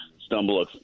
stumble